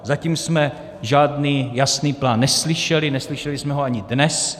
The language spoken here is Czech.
Zatím jsme žádný jasný plán neslyšeli, neslyšeli jsme ho ani dnes.